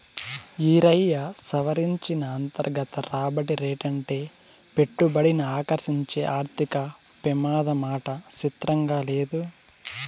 ఈరయ్యా, సవరించిన అంతర్గత రాబడి రేటంటే పెట్టుబడిని ఆకర్సించే ఆర్థిక పెమాదమాట సిత్రంగా లేదూ